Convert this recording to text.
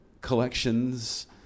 collections